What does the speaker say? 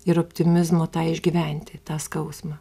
ir optimizmo tą išgyventi tą skausmą